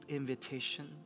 invitation